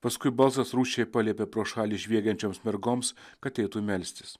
paskui balsas rūsčiai paliepė pro šalį žviegiančioms mergoms kad eitų melstis